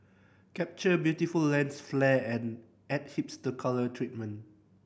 capture beautiful lens flare and add hipster colour treatment